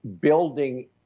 building